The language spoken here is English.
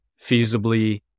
feasibly